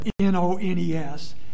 N-O-N-E-S